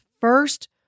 first